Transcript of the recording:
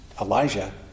Elijah